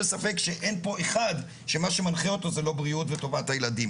ספק שאין פה אחד שמה שמנחה אותו זה לא טובת ובריאות הילדים,